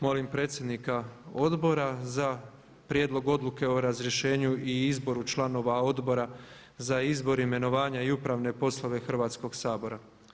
Molim predsjednika odbora za prijedlog odluke o razrješenju i izboru članova Odbora za izbor, imenovanje i upravne poslove Hrvatskog sabora.